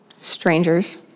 strangers